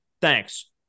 thanks